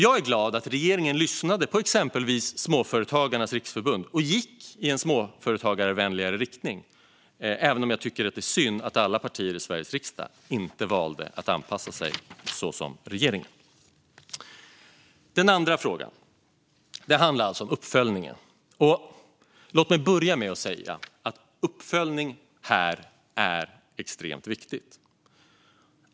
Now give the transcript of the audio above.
Jag är glad att regeringen lyssnade på exempelvis Småföretagarnas Riksförbund och gick i en småföretagarvänligare riktning, även om jag tycker att det är synd att inte alla partier i Sveriges riksdag valde att anpassa sig så som regeringen gjorde. Den andra frågan handlar alltså om uppföljningen. Låt mig börja med att säga att uppföljning är extremt viktigt.